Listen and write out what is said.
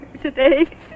today